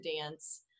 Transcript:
dance